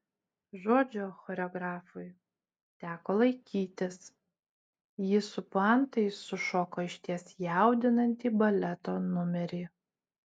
žodžio choreografui teko laikytis jis su puantais sušoko išties jaudinantį baleto numerį